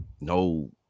no